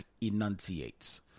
enunciates